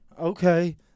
okay